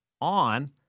on